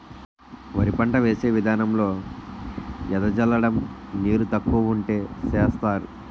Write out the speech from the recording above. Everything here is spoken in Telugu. వరి పంట వేసే విదానంలో ఎద జల్లడం నీరు తక్కువ వుంటే సేస్తరు